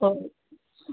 okay